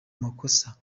makosa